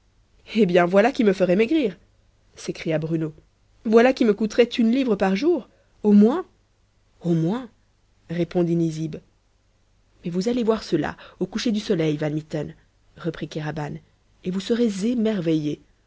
eh bien voilà qui me ferait maigrir s'écria bruno voilà qui me coûterait une livre par jour au moins au moins répondit nizib mais vous allez voir cela au coucher du soleil van mitten reprit kéraban et vous serez